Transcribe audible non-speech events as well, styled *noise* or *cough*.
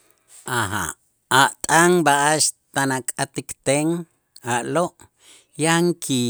*hesitation* A' t'an b'a'ax tan ak'atikten a'lo' yan ki